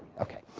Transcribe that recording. okay.